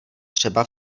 třeba